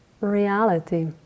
reality